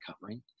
covering